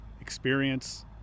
experience